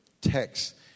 text